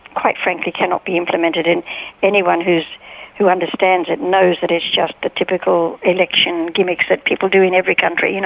quite frankly, cannot be implemented. and anyone who who understands it knows that it's just a typical election gimmick that people do in every country. you know